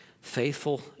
faithful